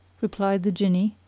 replied the jinni,